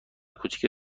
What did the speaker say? کوچیکه